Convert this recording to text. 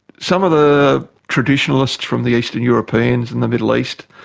some of the traditionalists from the eastern europeans and the middle east,